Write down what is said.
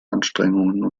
anstrengungen